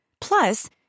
Plus